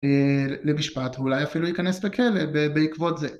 למשפט ואולי אפילו ייכנס לכלא בעקבות זה